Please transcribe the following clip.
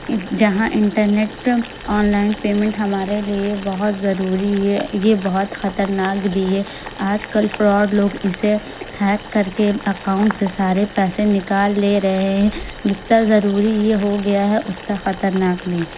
جہاں internet online payment ہمارے لیے بہت ضروری ہے یہ بہت خطرناک بھی ہے آج کل فراڈ لوگ اسے ہیک کر کے اقاؤنٹ سے سارے پیسے نکال لے رہے ہیں جتا ضروری یہ ہو گیا ہے اتا خطرناک نہیں